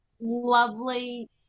lovely